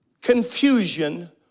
confusion